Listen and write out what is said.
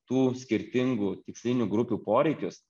tų skirtingų tikslinių grupių poreikius